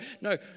no